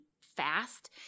fast